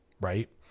right